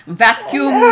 vacuum